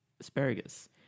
asparagus